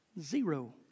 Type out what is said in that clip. Zero